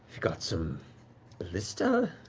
got some ballistae.